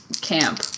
camp